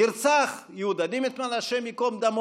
נרצח יהודה דימנטמן הי"ד,